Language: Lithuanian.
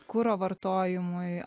kuro vartojimui